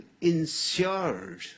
insured